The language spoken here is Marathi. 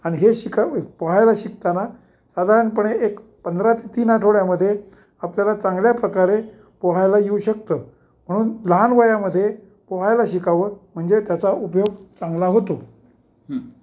आणि हे शिकावं पोहायला शिकताना साधारणपणे एक पंधरा ते तीन आठवड्यांमध्ये आपल्याला चांगल्या प्रकारे पोहायला येऊ शकतं म्हणून लहान वयामध्ये पोहायला शिकावं म्हणजे त्याचा उपयोग चांगला होतो